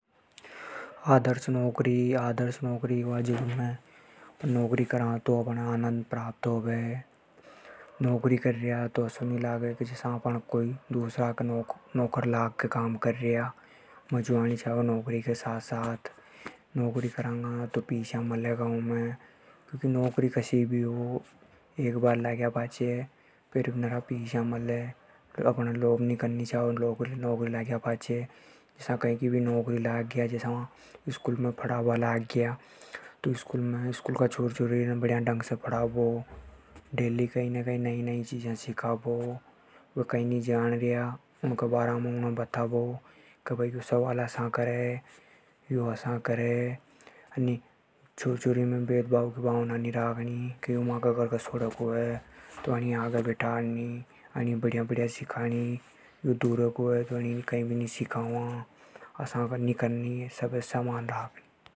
आदर्श नौकरी वा जिमें नौकरी करा तो उमे आनंद मले। नौकरी करा तो असो नी लाग नी छा के अपण दूसरा के काम कर्र्या। मजा आणि चा नौकरी के साथ में। नौकरी एक बार लाग बा के बाद में नरा पिसा मिले। स्कूल में मजा से पढ़ा नी छावे। भेद भाव नी करनी छा। सबे समान राख णी छा।